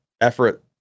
effort